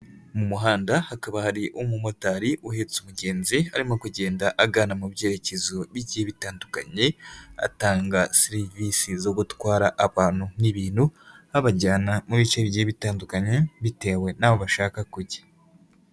Mu muhanda hakaba hari umumotari uhetse umugenzi, arimo kugenda agana mu byerekezo bigiye bitandukanye, atanga serivisi zo gutwara abantu n'ibintu, babajyanamo bice bigiye bitandukanye bitewe n'aho bashaka kujya.